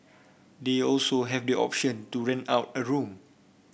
they also have the option to rent out a room